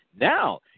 Now –